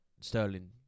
Sterling